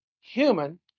human